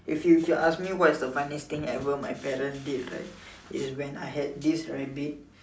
if if you ask me what is the funniest thing ever my parents did right is when I had this rabbit